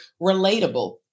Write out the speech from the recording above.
relatable